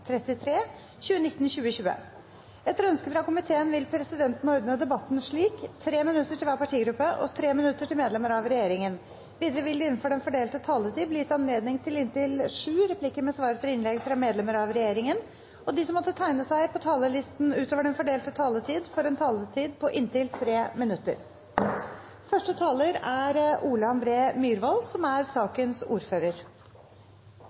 regjeringen. Videre vil det – innenfor den fordelte taletid – bli gitt anledning til inntil sju replikker med svar etter innlegg fra medlemmer av regjeringen. De som måtte tegne seg på talerlisten utover den fordelte taletid, får også en taletid på inntil 3 minutter.